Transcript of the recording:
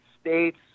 states